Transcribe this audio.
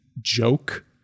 joke